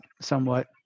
somewhat